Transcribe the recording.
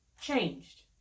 changed